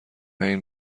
این